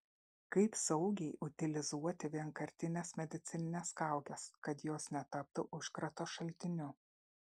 kaip saugiai utilizuoti vienkartines medicinines kaukes kad jos netaptų užkrato šaltiniu